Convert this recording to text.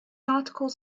articles